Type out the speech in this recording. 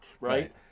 Right